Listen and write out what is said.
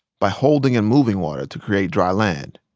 by holding and moving water to create dry land.